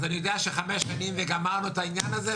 אז אני יודע ש-5 שנים וגמרנו את העניין הזה,